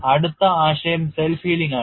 അടുത്ത ആശയം self healing ആണ്